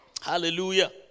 Hallelujah